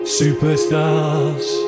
superstars